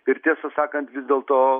ir tiesą sakant vis dėlto